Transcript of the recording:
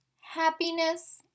happiness